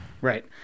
Right